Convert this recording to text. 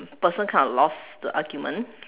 person kind of lost the argument